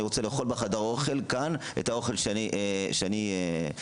אני רוצה לאכול בחדר האוכל את האוכל שהוא